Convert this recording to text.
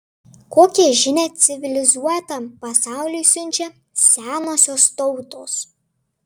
kokią žinią civilizuotam pasauliui siunčia senosios tautos